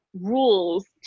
rules